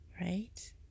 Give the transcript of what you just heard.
right